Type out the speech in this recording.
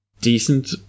decent